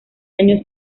año